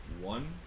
one